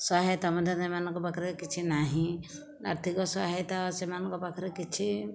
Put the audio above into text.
ସହାୟତା ମଧ୍ୟ ସେମାନଙ୍କ ପାଖରେ କିଛି ନାହିଁ ଆର୍ଥିକ ସହାୟତା ସେମାନଙ୍କ ପାଖରେ କିଛି